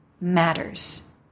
matters